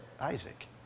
Isaac